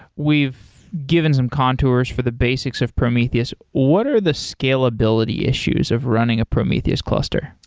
we've given some contours for the basics of prometheus. what are the scalability issues of running a prometheus cluster?